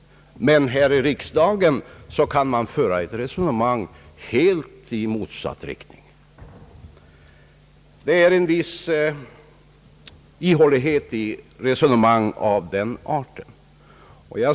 Men här i riksdagen kan man föra ett resonemang i rakt motsatt riktning. Det är en viss ihålighet i resonemang av den arten.